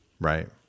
Right